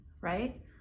right